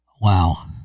Wow